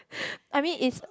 I mean is